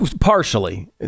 partially